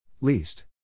Least